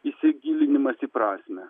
įsigilinimas į prasmę